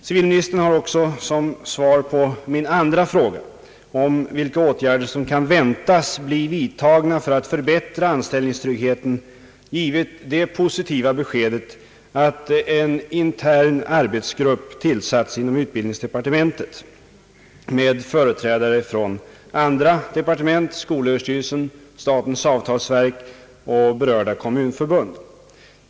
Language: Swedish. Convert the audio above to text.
Civilministern har som svar på min andra fråga, om vilka åtgärder som kan tänkas bli vidtagna för att förbättra anställningstryggheten, givit det positiva beskedet att en intern arbetsgrupp tillsatts inom <utbildningsdepartementet med företrädare för andra departement, skolöverstyrelsen, statens avtalsverk och berörda kommunförbund.